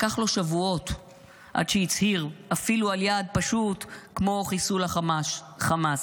לקח לו שבועות עד שהצהיר אפילו על יעד פשוט כמו חיסול החמאס,